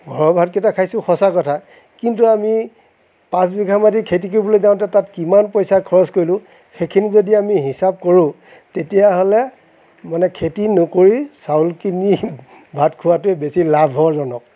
ঘৰৰ ভাতকেইটা খাইছোঁ সঁচা কথা কিন্তু আমি পাঁচবিঘা মাটি খেতি কৰিবলৈ যাওঁতে তাত কিমান পইচা খৰচ কৰিলোঁ সেইখিনি যদি আমি হিচাপ কৰো তেতিয়াহ'লে মানে খেতি নকৰি চাউল কিনি ভাত খোৱাটোৱেই বেছি লাভজনক